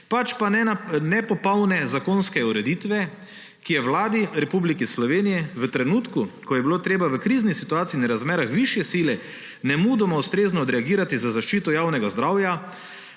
pač pa nepopolne zakonske ureditve, ki Vladi Republike Slovenije v trenutku, ko je bilo treba v krizni situaciji in razmerah višje sile nemudoma ustrezno odreagirati za zaščito javnega zdravja,